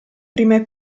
prime